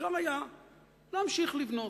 אפשר היה להמשיך לבנות.